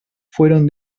fueron